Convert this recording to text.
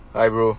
hi bro